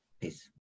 peace